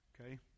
okay